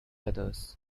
others